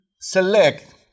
select